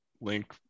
Link